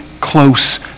close